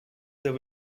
their